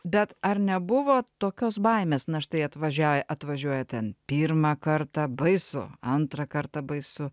bet ar nebuvo tokios baimės na štai atvažia atvažiuoja ten pirmą kartą baisu antrą kartą baisu